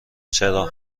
چراغ